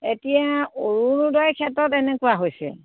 এতিয়া অৰুণোদয়ৰ ক্ষেত্ৰত এনেকুৱা হৈছে